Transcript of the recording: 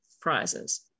prizes